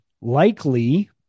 likely